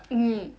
mmhmm